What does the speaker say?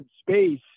space